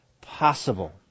possible